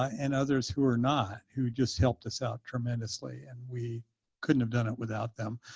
and others who are not, who just helped us out tremendously. and we couldn't have done it without them.